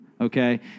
okay